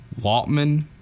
waltman